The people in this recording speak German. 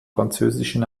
französischen